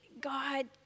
god